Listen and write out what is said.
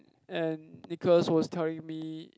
and Nicholas was telling me